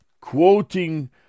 quoting